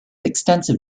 extensive